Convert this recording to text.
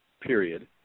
period